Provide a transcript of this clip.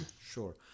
Sure